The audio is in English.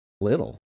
little